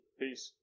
Peace